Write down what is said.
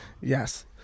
yes